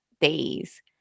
days